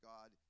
God